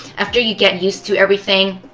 after you get used to everything,